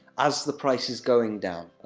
as the price is going down.